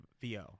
VO